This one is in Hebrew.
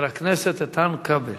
חבר הכנסת איתן כבל.